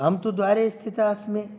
अहं तु द्वारे स्थिता अस्मि